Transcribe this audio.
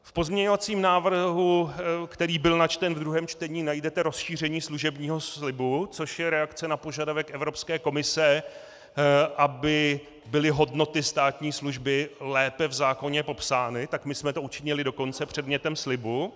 V pozměňovacím návrhu, který byl načten ve druhém čtení, najdete rozšíření služebního slibu, což je reakce na požadavek Evropské komise, aby byly hodnoty státní služby lépe v zákoně popsány, tak my jsme to učinili dokonce předmětem slibu.